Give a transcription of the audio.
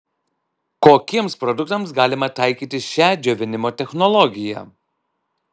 kokiems produktams galima taikyti šią džiovinimo technologiją